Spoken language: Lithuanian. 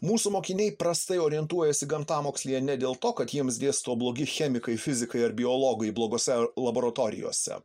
mūsų mokiniai prastai orientuojasi gamtamokslyje ne dėl to kad jiems dėsto blogi chemikai fizikai ar biologai blogose laboratorijose